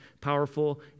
powerful